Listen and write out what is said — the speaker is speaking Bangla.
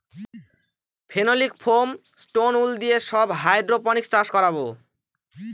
ফেনোলিক ফোম, স্টোন উল দিয়ে সব হাইড্রোপনিক্স চাষ করাবো